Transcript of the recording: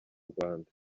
rwanda